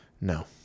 No